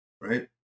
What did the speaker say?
right